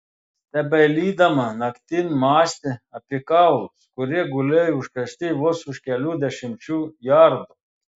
stebeilydama naktin mąstė apie kaulus kurie gulėjo užkasti vos už kelių dešimčių jardų